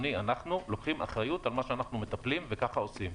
אנחנו לוקחים אחריות על מה שאנחנו מטפלים וככה עושים.